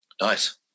Nice